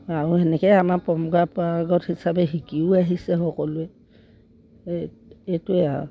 আৰু সেনেকে আমাৰ পাৰ্গত হিচাপে শিকিও আহিছে সকলোৱে এইটোৱে আৰু